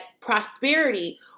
prosperity